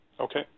Okay